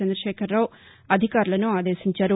చంద్రశేఖరరావు అధికారులను ఆదేశించారు